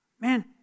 man